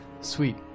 Sweet